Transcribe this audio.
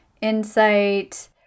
insight